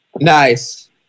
Nice